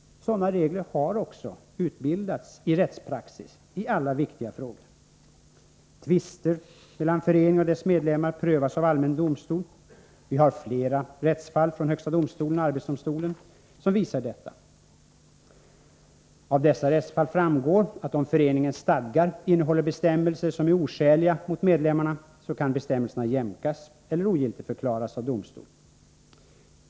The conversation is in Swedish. Sådana regler har också utbildats i rättspraxis i alla viktiga frågor. Tvister mellan en förening och dess medlemmar prövas av allmän domstol. Vi har flera rättsfall både från högsta domstolen och från arbetsdomstolen som visar detta. Av dessa rättsfall framgår att om föreningens stadgar innehåller bestämmelser som är oskäliga mot medlemmarna, kan bestämmelserna jämkas eller ogiltigförklaras av domstol.